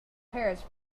pears